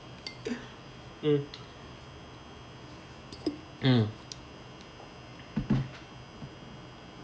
mm mm